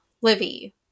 Livy